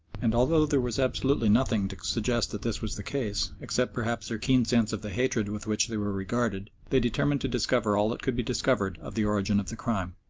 and although there was absolutely nothing to suggest that this was the case, except perhaps their keen sense of the hatred with which they were regarded, they determined to discover all that could be discovered of the origin of the crime.